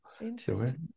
Interesting